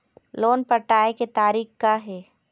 Loan पटाए के तारीख़ का हे?